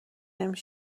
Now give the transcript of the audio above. نمی